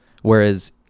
Whereas